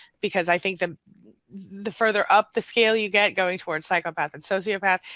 because i think the the further up the scale you get going towards psychopaths and sociopaths,